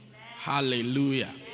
Hallelujah